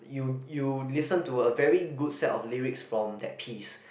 you you listen to a very good set of lyrics from that piece